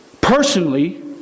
personally